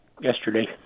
yesterday